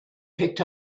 picked